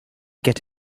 get